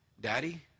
Daddy